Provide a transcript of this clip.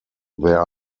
there